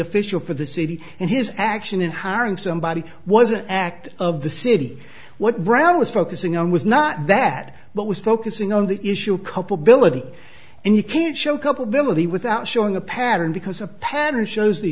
official for the city and his action in hiring somebody was an act of the city what brown was focusing on was not that but was focusing on the issue cup ability and you can't show cup ability without showing a pattern because a pattern shows the